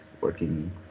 working